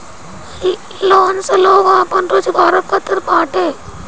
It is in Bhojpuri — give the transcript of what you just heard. लोन से लोग आपन रोजगार करत बाटे